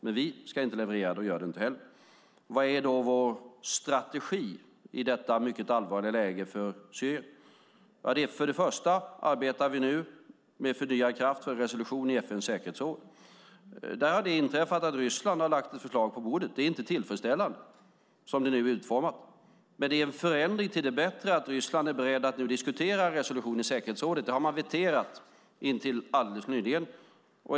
Men vi ska inte leverera det, och vi gör det inte heller. Vad är då vår strategi i detta mycket allvarliga läge för Syrien? Den första punkten är att vi nu arbetar med förnyad kraft för en resolution i FN:s säkerhetsråd. Där har detta inträffat att Ryssland har lagt ett förslag på bordet. Det är inte tillfredsställande som det nu är utformat. Men det är en förändring till det bättre att Ryssland nu är berett att diskutera en resolution i säkerhetsrådet. Det har man lagt in sitt veto mot intill alldeles nyligen.